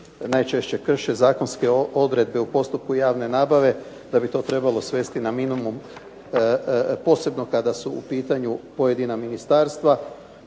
najčešće krše zakonske odredbe u postupku javne nabave da bi to trebalo svesti na minimum posebno kada su u pitanju pojedina ministarstva,